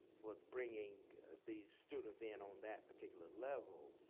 was bringing these students in on that particular level.